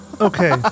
Okay